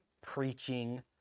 preaching